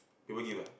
they will give ah